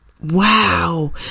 Wow